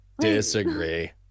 disagree